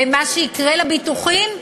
ומה שיקרה לביטוחים,